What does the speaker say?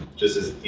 just as